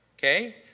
Okay